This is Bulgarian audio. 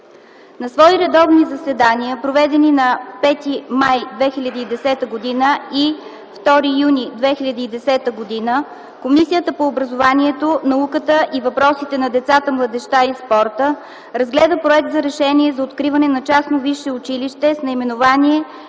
На свои редовни заседания, проведени на 5 май 2010 г. и 2 юни 2010 г., Комисията по образованието, науката и въпросите на децата, младежта и спорта разгледа проект за Решение за откриване на частно висше училище с наименование